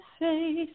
face